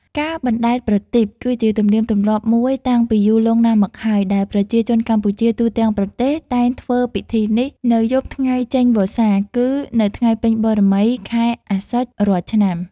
ការបណ្ដែតប្រទីប គឺជាទំនៀមទម្លាប់មួយតាំងពីយូរលង់ណាស់មកហើយ ដែលប្រជាជនកម្ពុជាទូទាំងប្រទេសតែងធ្វើពិធីនេះ នៅយប់ថ្ងៃចេញវស្សា គឺនៅថ្ងៃពេញបូណ៌មីខែអស្សុជរាល់ឆ្នាំ។